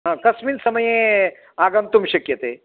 हा कस्मिन् समये आगन्तुं शक्यते